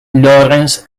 lawrence